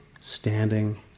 standing